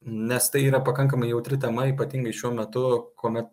nes tai yra pakankamai jautri tema ypatingai šiuo metu kuomet